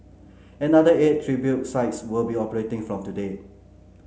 another eight tribute sites will be operating from today